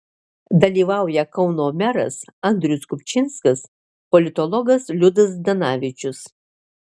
dalyvauja kauno meras andrius kupčinskas politologas liudas zdanavičius